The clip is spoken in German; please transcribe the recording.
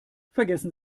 vergessen